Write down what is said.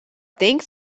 think